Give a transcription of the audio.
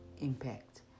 impact